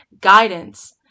guidance